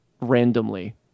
randomly